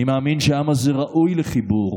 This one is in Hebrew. אני מאמין שהעם הזה ראוי לחיבור,